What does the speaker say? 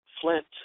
flint